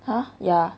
ha ya